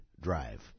drive